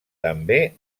també